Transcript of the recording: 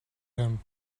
him